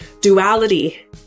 duality